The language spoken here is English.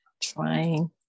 trying